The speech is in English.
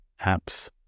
apps